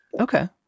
Okay